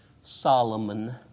Solomon